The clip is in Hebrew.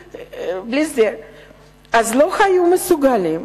אז לא היו מסוגלים.